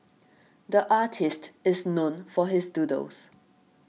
the artist is known for his doodles